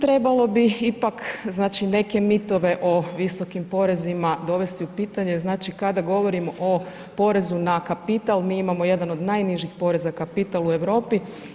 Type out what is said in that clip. Trebalo bi ipak znači neke mitove o visokim porezima dovesti u pitanje, znači kada govorim o porezu na kapital, mi imamo jedan od najnižih poreza kapital u Europi.